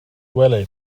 wely